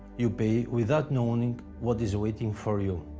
you pay without knowing what is waiting for you.